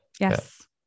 Yes